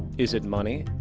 is it money?